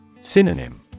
Synonym